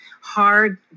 hard